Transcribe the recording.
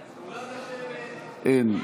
אין.